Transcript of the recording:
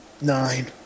Nine